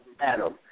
Adam